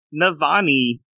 Navani